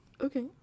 Okay